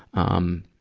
um,